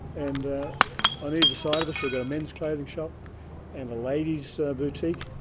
and on either side of us we've got a men's clothing shop and a lady's so boutique,